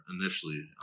initially